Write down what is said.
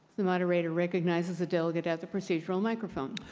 the moderator recognizes the delegate at the procedural microphone.